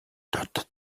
dotted